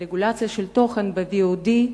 והרגולציה של תוכן ב-VOD,